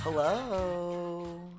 hello